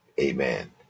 Amen